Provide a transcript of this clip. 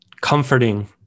comforting